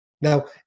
Now